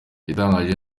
igitangaje